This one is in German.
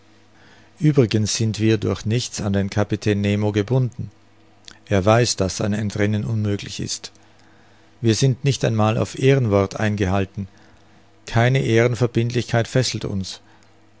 uebrigens sind wir durch nichts an den kapitän nemo gebunden er weiß daß ein entrinnen unmöglich ist wir sind nicht einmal auf ehrenwort eingehalten keine ehrenverbindlichkeit fesselt uns